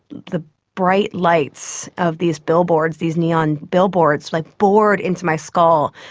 the bright lights of these billboards, these neon billboards like bored into my skull,